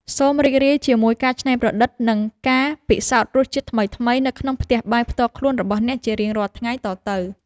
សូមរីករាយជាមួយការច្នៃប្រឌិត និងការពិសោធន៍រសជាតិថ្មីៗនៅក្នុងផ្ទះបាយផ្ទាល់ខ្លួនរបស់អ្នកជារៀងរាល់ថ្ងៃតទៅ។